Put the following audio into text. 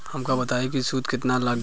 हमका बताई कि सूद केतना लागी?